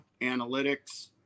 Analytics